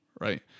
right